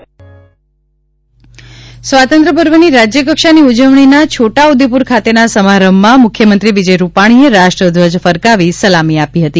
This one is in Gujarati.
બાઇટ નરેન્દ્ર મોદી સ્વાતંત્ર્ય પર્વની રાજ્યકક્ષાની ઉજવણીના છોટાઉદેપુર ખાતેના સમારંભમાં મુખ્યમંત્રી વિજય રૂપાણીએ રાષ્ટ્રધ્વજ ફરકાવી સલામી આપી હતી